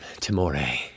Timore